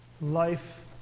life